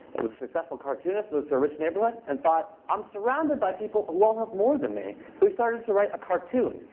was a successful cartoonist, moved to a rich neighborhood and thought, i'm surrounded by people who all have more than me. so he started to write a cartoon.